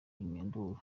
induru